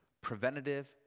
preventative